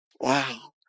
Wow